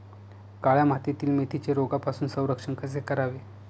काळ्या मातीतील मेथीचे रोगापासून संरक्षण कसे करावे?